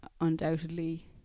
undoubtedly